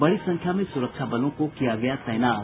बड़ी संख्या में सुरक्षा बलों को किया गया तैनात